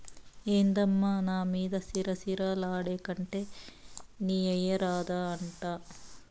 ఏందమ్మా నా మీద సిర సిర లాడేకంటే నీవెయ్యరాదా అంట